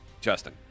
Justin